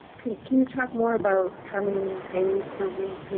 can you talk more about how many days per week? i mean,